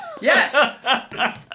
Yes